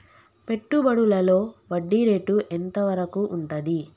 పెట్టుబడులలో వడ్డీ రేటు ఎంత వరకు ఉంటది?